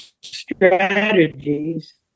strategies